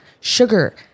sugar